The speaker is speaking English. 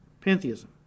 pantheism